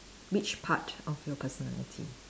which part of your personality